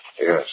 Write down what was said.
Yes